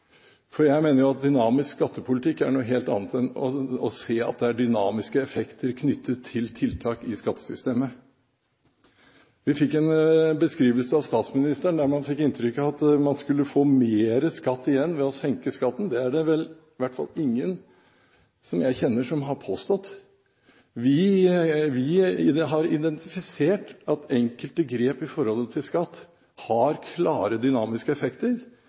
for jeg mener at dynamisk skattepolitikk er noe helt annet enn å se at det er dynamiske effekter knyttet til tiltak i skattesystemet. Vi fikk en beskrivelse av statsministeren der man fikk inntrykk av at man skulle få mer skatt igjen ved å senke skatten. Det er det i hvert fall ingen som jeg kjenner, som har påstått. Vi har identifisert at enkelte grep i forhold til skatt har klare dynamiske effekter.